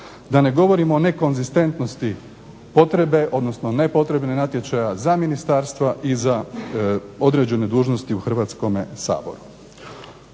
Da ne govorim o nekonzistentnosti potrebe, odnosno ne potrebe natječaja za ministarstva i za određene dužnosti u Hrvatskome saboru.